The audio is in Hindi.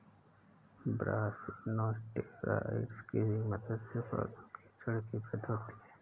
ब्रासिनोस्टेरॉइड्स की मदद से पौधों की जड़ की वृद्धि होती है